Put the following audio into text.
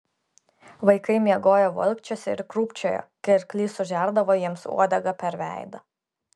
vaikai miegojo valkčiuose ir krūpčiojo kai arklys sužerdavo jiems uodega per veidą